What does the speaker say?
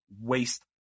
waste